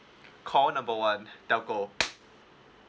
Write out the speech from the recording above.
call number one telco